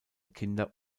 kinder